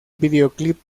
videoclip